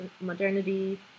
modernity